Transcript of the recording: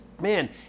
Man